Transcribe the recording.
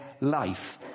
life